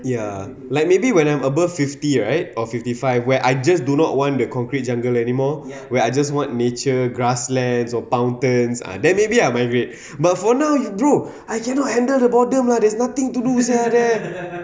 ya like maybe when I'm above fifty right or fifty five where I just do not want the concrete jungle anymore when I just what nature grasslands or fountains ah then maybe I'll migrate but for now bro I cannot handle the boredom lah there's nothing to do sia there